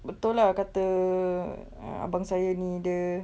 betul lah kata err abang saya ini dia